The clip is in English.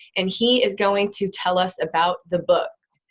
and he is going to tell us about the book.